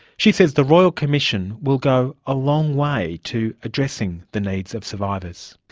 she says the royal commission will go a long way to addressing the needs of survivors.